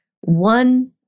one